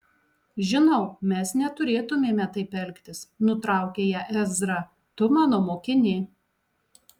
žinau mes neturėtumėme taip elgtis nutraukė ją ezra tu mano mokinė